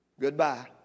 goodbye